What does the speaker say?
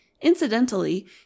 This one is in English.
incidentally